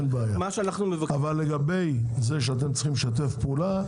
אבל לגבי זה שאתם צריכים לשתף פעולה